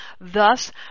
thus